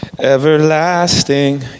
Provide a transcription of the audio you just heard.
everlasting